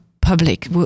public